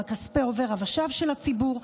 על כספי עובר ושב של הציבור,